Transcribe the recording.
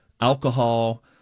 alcohol